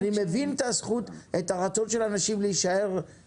אנחנו מתחילים את ישיבת ועדת הכלכלה ואת השבוע הזה בוועדת הכלכלה.